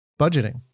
budgeting